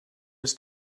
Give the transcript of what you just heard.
was